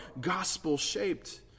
gospel-shaped